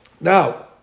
Now